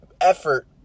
effort